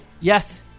Yes